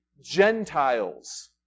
Gentiles